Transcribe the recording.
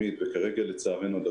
סטודנטים לקויי למידה וכולי בהשקעה מאוד